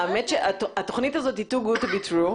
האמת שהתכנית הזאת היא מדי טובה מכדי להיות אמיתית,